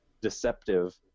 deceptive